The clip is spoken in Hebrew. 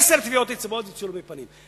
עשר טביעות אצבעות וצילומי פנים.